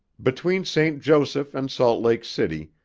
between st. joseph and salt lake city,